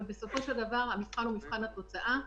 אבל בסופו של דבר המבחן הוא מבחן התוצאה.